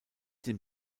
den